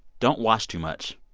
don't wash too much.